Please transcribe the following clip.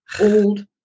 old